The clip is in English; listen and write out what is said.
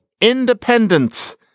Independence